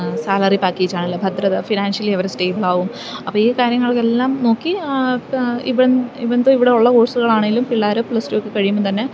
salary package ആണേലും ഭദ്രത financially അവര് സ്റ്റേബിളാവും അപ്പോള് ഈ കാര്യങ്ങൾക്കെല്ലാം നോക്കി ഇവൻ തോ ഇവിടെയുള്ള കോഴ്സുകളാണേലും പിള്ളാര് പ്ലസ് ടു ഒക്കെ കഴിയുമ്പോള്ത്തന്നെ